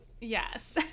Yes